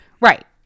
right